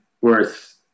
worth